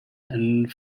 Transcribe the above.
and